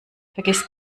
vergiss